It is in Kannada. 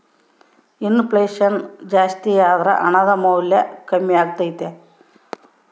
ಇನ್ ಫ್ಲೆಷನ್ ಜಾಸ್ತಿಯಾದರ ಹಣದ ಮೌಲ್ಯ ಕಮ್ಮಿಯಾಗತೈತೆ